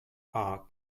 are